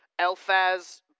Elphaz